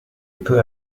peu